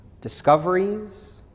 discoveries